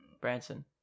Branson